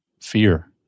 fear